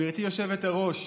גברתי היושבת-ראש,